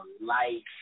life